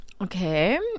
Okay